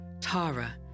Tara